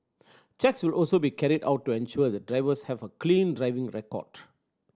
checks will also be carried out to ensure that drivers have a clean driving record